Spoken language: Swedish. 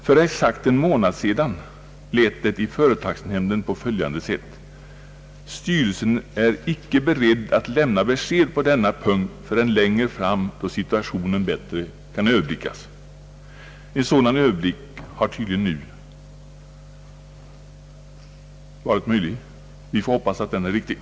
För exakt en månad sedan lät det i företagsnämnden på följande sätt: »Styrelsen är icke beredd att lämna besked på denna punkt förrän längre fram då situationen bättre kan överblickas.» En sådan överblick har tydligen nu varit möjlig, och man får hoppas att den ger resultat.